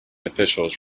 officials